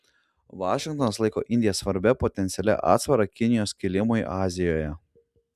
vašingtonas laiko indiją svarbia potencialia atsvara kinijos kilimui azijoje